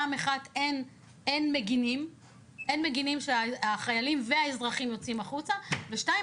אין מגנים כשהחיילים והאזרחים יוצאים החוצה ודבר שני,